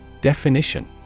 Definition